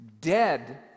Dead